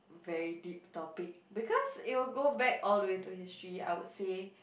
very deep topic because it will go back all the way to history I would say